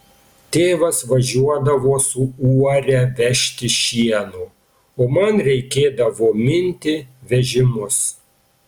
tėvas važiuodavo su uore vežti šieno o man reikėdavo minti vežimus